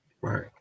Right